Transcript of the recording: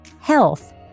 health